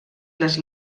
les